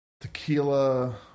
tequila